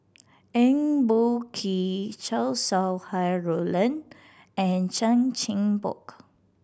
Eng Boh Kee Chow Sau Hai Roland and Chan Chin Bock